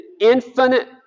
infinite